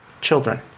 children